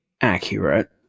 accurate